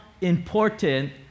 important